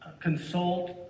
consult